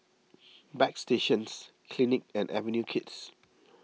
Bagstationz Clinique and Avenue Kids